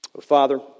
Father